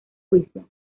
juicio